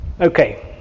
Okay